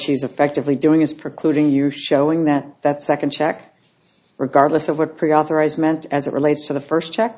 she's affectively doing is precluding you showing that that second check regardless of what pre authorized meant as it relates to the first check